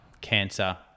cancer